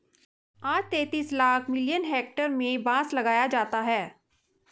आज तैंतीस lakh million hectare में बांस लगाया जाता है